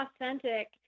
authentic